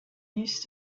used